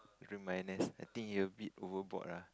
regardless I think he a bit overboard lah